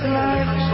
life